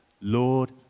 Lord